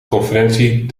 conferentie